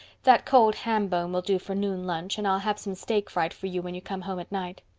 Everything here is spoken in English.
that cold ham bone will do for noon lunch and i'll have some steak fried for you when you come home at night.